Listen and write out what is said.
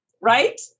right